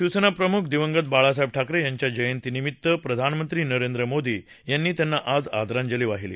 शिवसेनाप्रमुख दिवंगत बाळासाहेब ठाकरे यांच्या जयंती निमित्त प्रधानमंत्री नरेंद्र मोदी यांनी त्यांना आज आदरांजली वाहिली